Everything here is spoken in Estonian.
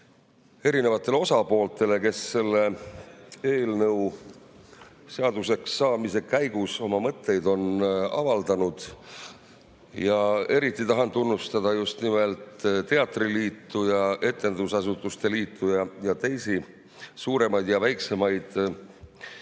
erinevatele osapooltele, kes selle eelnõu seaduseks saamise käigus on oma mõtteid avaldanud. Ja eriti tahan tunnustada teatriliitu, etendusasutuste liitu ja teisi suuremaid ja väiksemaid